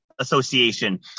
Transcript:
association